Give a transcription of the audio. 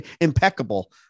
impeccable